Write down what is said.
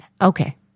Okay